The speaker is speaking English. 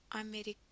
American